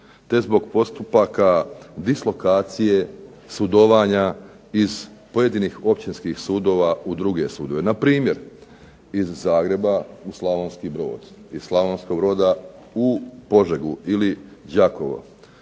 te zbog postupaka dislokacije sudovanja iz pojedinih općinskih sudova u druge sudove, npr. iz Zagreba u Slavonski Brod, iz Slavonskog Broda u Požegu ili Đakovo